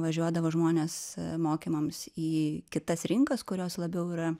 važiuodavo žmones mokymams į kitas rinkas kurios labiau yra